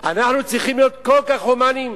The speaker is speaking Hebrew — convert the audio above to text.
אנחנו צריכים להיות כל כך הומניים,